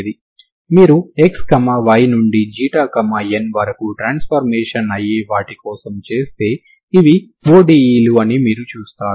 మీరు xy నుండి ξ η వరకు ట్రాన్స్ఫర్మేషన్ అయ్యే వాటి కోసం చూస్తే ఇవి ODEలు అని మీరు చూస్తారు